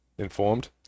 informed